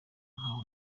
nkaho